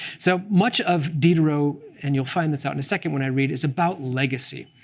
so much of diderot and you'll find this out in a second when i read is about legacy.